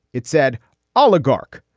it said oligarch,